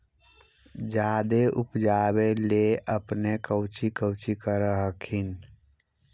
जादे उपजाबे ले अपने कौची कौची कर हखिन?